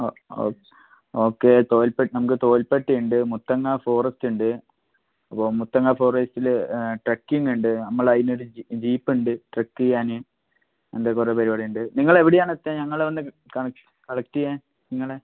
ഓ ഓ ഓക്കേ തോൽപ് നമുക്ക് തോൽപ്പെട്ടിയുണ്ട് മുത്തങ്ങാ ഫോറെസ്റ്റ് ഉണ്ട് അപ്പോൾ മുത്തങ്ങാ ഫോറെസ്റ്റിൽ ട്രക്കിങ്ങ് ഉണ്ട് നമ്മൾ അതിനൊരു ജീപ്പ് ഉണ്ട് ട്രക്ക് ചെയ്യാൻ അങ്ങനെത്തെ കുറേ പരിപാടി ഉണ്ട് നിങ്ങളെവിടെയാ വെച്ചാൽ ഞങ്ങൾ വന്ന് കളക്ട് ചെയ്യാൻ നിങ്ങളെ